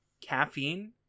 Caffeine